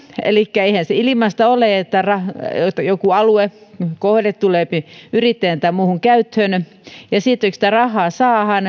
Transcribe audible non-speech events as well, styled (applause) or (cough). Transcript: elikkä eihän se ilmaista ole että joku kohde tulee yrittäjän tai muuhun käyttöön ja ja sitten kun sitä rahaa saadaan (unintelligible)